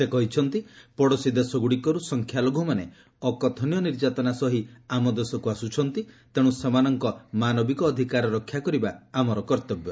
ସେ କହିଛନ୍ତି ପଡ଼ୋଶୀ ଦେଶଗୁଡ଼ିକରୁ ସଂଖ୍ୟାଲଘୁମାନେ ଅକଥନୀୟ ନିର୍ଯାତନା ସହି ଆମ ଦେଶକୁ ଆସୁଛନ୍ତି ତେଣୁ ସେମାନଙ୍କ ମାନବିକ ଅଧିକାର ରକ୍ଷା କରିବା ଆମର କର୍ତ୍ତବ୍ୟ